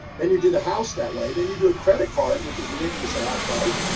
then you do the house that way. then you do a credit card, which is ridiculously high price.